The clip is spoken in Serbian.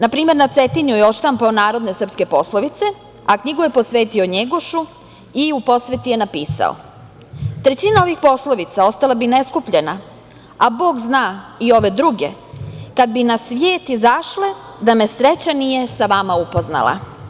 Na primer, na Cetinju je odštampao narodne srpske poslovice, a knjigu je posvetio Njegošu i u posveti je napisao – trećina ovih poslovnica ostala bi neskupljena, a Bog zna i ove druge kad bi nas svjet izašle da me sreća nije sa vama upoznala.